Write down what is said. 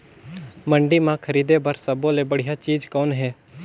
मंडी म खरीदे बर सब्बो ले बढ़िया चीज़ कौन हे?